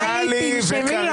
טלי, תנשמי.